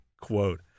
quote